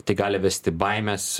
tai gali vesti baimės